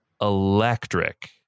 electric